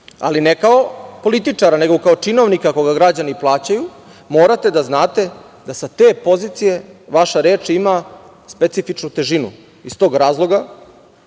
ali ne kao političara nego činovnika koga građani plaćaju, morate da znate da se te pozicije vaša reč ima specifičnu težinu. Iz tog razloga